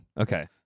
Okay